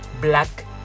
Black